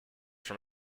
from